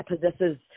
possesses